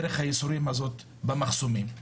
דרך הייסורים הזאת במחסומים.